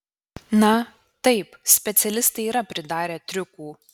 na taip specialistai yra pridarę triukų